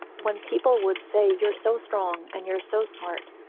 when people would say you're so strong and you're so smart,